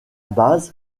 base